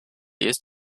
used